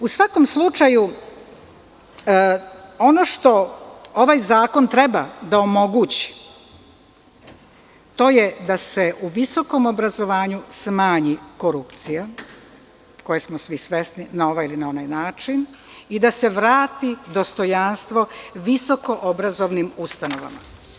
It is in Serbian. U svakom slučaju ono što ovaj zakon treba da omogući, to je da se u visokom obrazovanju smanji korupcija koje smo svi svesni, na ovaj ili na onaj način i da se vrati dostojanstvo visoko obrazovnim ustanovama.